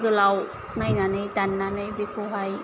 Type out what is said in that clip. गोलाव नायनानै दाननानै बेखौहाय